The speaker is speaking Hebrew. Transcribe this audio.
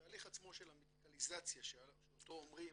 התהליך עצמו של המדיקליזציה שאותו אומרים